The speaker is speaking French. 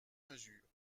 mesures